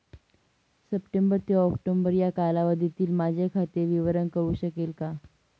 September ते ऑक्टोबर या कालावधीतील माझे खाते विवरण कळू शकेल का?